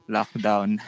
Lockdown